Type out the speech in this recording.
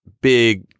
big